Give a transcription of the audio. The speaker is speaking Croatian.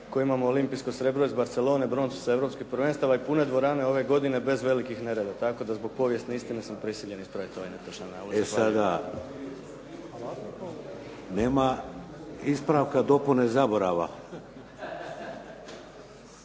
kojoj imamo olimpijsko srebro iz Barcelone, broncu sa europskih prvenstava i pune dvorane ove godine bez velikih nereda. Tako da zbog povijesne istine sam prisiljen ispraviti ovaj netočan navod.